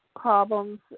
problems